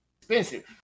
expensive